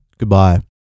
Goodbye